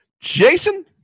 Jason